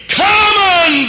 common